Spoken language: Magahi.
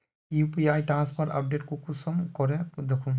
यु.पी.आई ट्रांसफर अपडेट कुंसम करे दखुम?